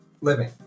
living